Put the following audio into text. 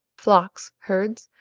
flocks, herds,